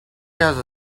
has